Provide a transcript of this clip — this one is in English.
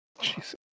Jesus